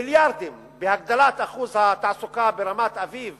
מיליארדים בהגדלת אחוז התעסוקה ברמת-אביב